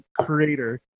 creator